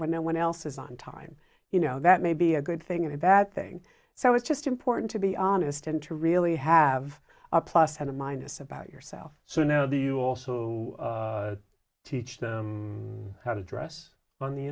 when no one else is on time you know that may be a good thing and a bad thing so it's just important to be honest and to really have a plus and minus about yourself so now do you also teach them how to dress on the